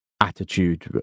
attitude